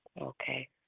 Okay